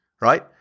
right